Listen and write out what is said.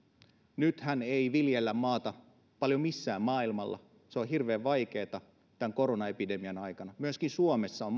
nythän ei viljellä maata maailmalla paljon missään se on hirveän vaikeaa tämän koronaepidemian aikana on